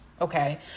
okay